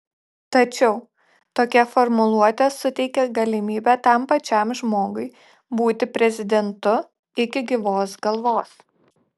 tačiau tokia formuluotė suteikia galimybę tam pačiam žmogui būti prezidentu iki gyvos galvos